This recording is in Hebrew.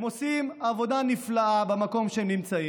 הם עושים עבודה נפלאה במקום שהם נמצאים,